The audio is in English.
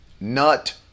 Nut